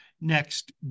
next